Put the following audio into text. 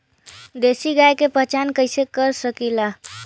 देशी गाय के पहचान कइसे कर सकीला?